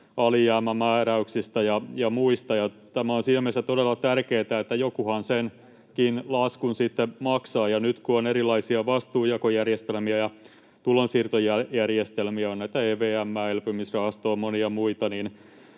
alijäämämääräyksistä ja muista. Tämä on siinä mielessä todella tärkeätä, että jokuhan senkin laskun sitten maksaa, ja nyt kun on erilaisia vastuunjakojärjestelmiä ja tulonsiirtojärjestelmiä — on EVM:ää, elpymisrahastoa, monia muita